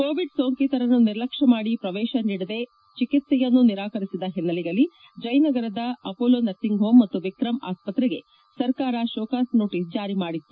Covid ಸೋಂಕಿತರನ್ನು ನಿರ್ಲಕ್ಷ್ಯ ಮಾಡಿ ಪ್ರವೇಶ ನೀಡದೆ ಚಿಕಿತ್ಲೆಯನ್ನೂ ನಿರಾಕರಿಸಿದ ಹಿನ್ನೆಲೆಯಲ್ಲಿ ಜಯನಗರದ ಅಪೊಲೊ ನರ್ಸಿಂಗ್ ಹೋಮ್ ಮತ್ತು ವಿಕ್ರಮ್ ಆಸ್ಪತ್ರೆಗೆ ಸರಕಾರ ಶೋಕಾಸ್ ನೋಟಿಸ್ ಜಾರಿ ಮಾಡಿತ್ತು